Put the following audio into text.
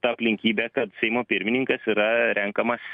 ta aplinkybe kad seimo pirmininkas yra renkamas